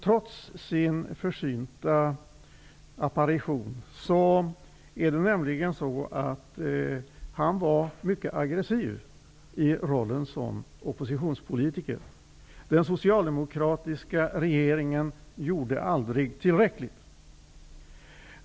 Trots den försynta apparitionen var han mycket aggressiv i rollen som oppositionspolitiker; den socialdemokratiska regeringen gjorde aldrig tillräckligt.